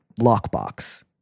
lockbox